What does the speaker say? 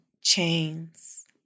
chains